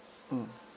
mm